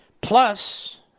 Plus